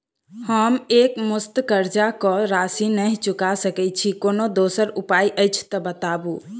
हम एकमुस्त कर्जा कऽ राशि नहि चुका सकय छी, कोनो दोसर उपाय अछि तऽ बताबु?